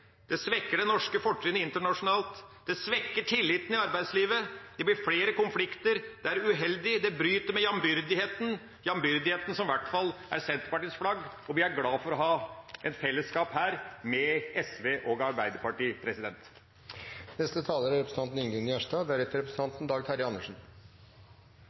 det svekker det norske fortrinnet internasjonalt, det svekker tilliten i arbeidslivet, det blir flere konflikter, det er uheldig, det bryter med jambyrdigheten, som i hvert fall er Senterpartiets flagg. Vi er glad for å ha et fellesskap her med SV og Arbeiderpartiet. Først må eg seia at denne representanten, og kanskje ein del andre representantar, kjenner på i magen sin at det er